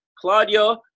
Claudio